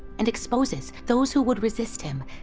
and exposes those who would resist him,